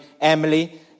Emily